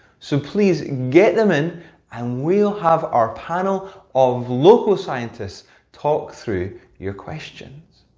so please get them in and we'll have our panel of local scientists talk through your questions.